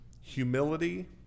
humility